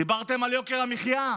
דיברתם על יוקר המחיה,